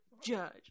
judge